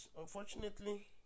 unfortunately